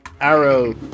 arrow